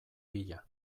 bila